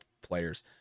players